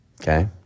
Okay